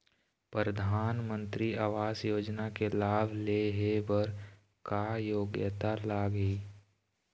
परधानमंतरी आवास योजना के लाभ ले हे बर का योग्यता लाग ही?